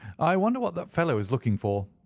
i wonder what that fellow is looking for?